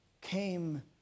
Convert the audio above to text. came